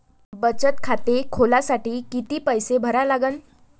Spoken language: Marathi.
बचत खाते खोलासाठी किती पैसे भरा लागन?